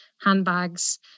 handbags